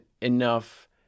enough